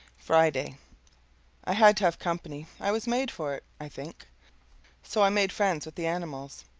friday i had to have company i was made for it, i think so i made friends with the animals.